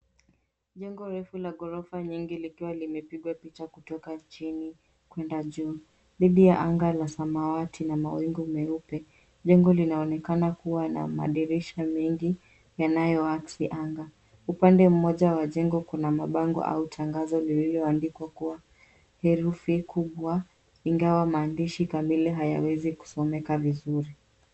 Jengo refu la ghorofa nyingi likiwa limepigwa picha kutoka chini kwenda juu dhidi ya anga la samawati na mawingu meupe. Jengo linaonekana kuwa na madirisha mengi yanayoakisi anga. Upande mmoja wa jengo kuna mabango au tangazo lililoandikwa kwa herufi kubwa ingawa maandishi kamili hayawezi kusomeka vizuri.